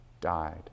died